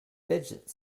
fidget